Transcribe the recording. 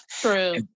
True